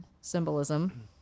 symbolism